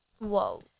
Whoa